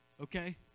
Okay